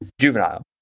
juvenile